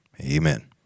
Amen